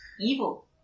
Evil